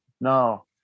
no